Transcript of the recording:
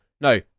no